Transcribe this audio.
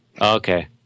Okay